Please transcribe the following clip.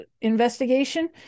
investigation